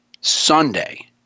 Sunday